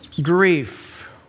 Grief